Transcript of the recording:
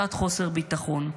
תחושת חוסר ביטחון,